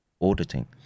auditing